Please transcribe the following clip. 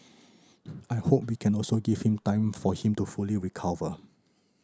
I hope we can also give him time for him to fully recover